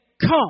come